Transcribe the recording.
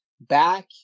back